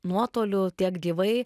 nuotoliu tiek gyvai